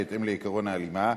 בהתאם לעקרון ההלימה.